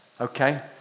Okay